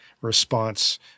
response